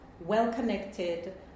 well-connected